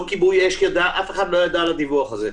לא כיבוי אש ידע אף אחד לא ידע על הדיווח הזה.